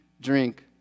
drink